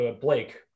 Blake